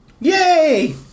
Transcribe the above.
yay